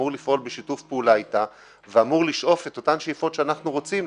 אמור לפעול בשיתוף פעולה איתה ואמור לשאוף את אותן שאיפות שאנחנו רוצים,